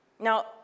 Now